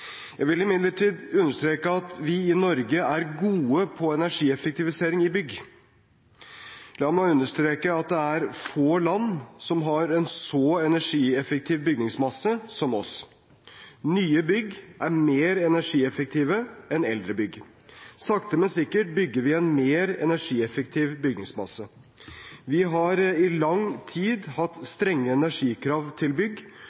Jeg vil imidlertid understreke at vi i Norge er gode på energieffektivisering i bygg. La meg understreke at det er få land som har en så energieffektiv bygningsmasse som oss. Nye bygg er mer energieffektive enn eldre bygg. Sakte, men sikkert bygger vi en mer energieffektiv bygningsmasse. Vi har i lang tid hatt strenge energikrav til bygg,